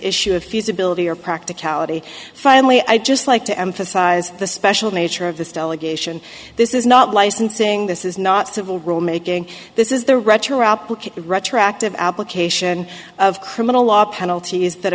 issue of usability or practicality finally i'd just like to emphasize the special nature of this delegation this is not licensing this is not civil rule making this is the rhetoric retroactive application of criminal law penalties that